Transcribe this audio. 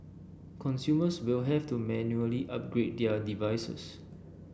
consumers will have to manually upgrade their devices